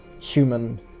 human